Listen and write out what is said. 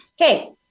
okay